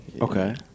Okay